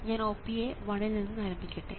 ഞാൻ OPA1 ൽ നിന്ന് ആരംഭിക്കട്ടെ